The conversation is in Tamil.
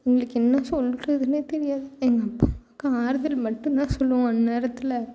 எங்களுக்கு என்ன சொல்கிறதுனே தெரியாது எங்கள் அப்பா அம்மாவுக்கு ஆறுதல் மட்டும் தான் சொல்வோம் அந்தநேரத்துல